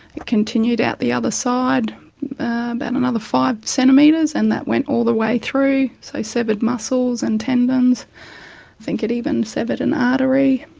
it continued out the other side about another five centimetres and that went all the way through, so severed muscles and tendons. i think it even severed an artery.